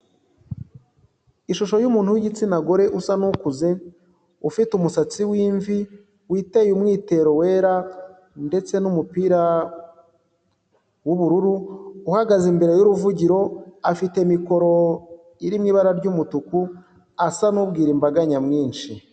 Ishusho y'umuntu w'igitsina gore usa n'ukuze, ufite umusatsi w'imvi, witeye umwitero wera ndetse n'umupira w'ubururu, uhagaze imbere y'uruvugiro, afite mikoro iri mu ibara ry'umutuku asa n'ubwira imbaga nyamwinshi.